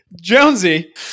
Jonesy